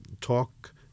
talk